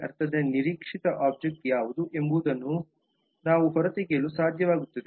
ಅರ್ಥದ ನಿರೀಕ್ಷಿತ ಒಬ್ಜೆಕ್ಟ್ ಯಾವುದು ಎಂಬುದನ್ನು ನಾವು ಹೊರತೆಗೆಯಲು ಸಾಧ್ಯವಾಗುತ್ತದೆ